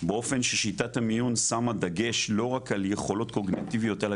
באופן ששיטת המיון שמה דגש לא רק על יכולות קוגניטיביות אלא